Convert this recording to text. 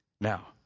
Now